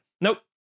nope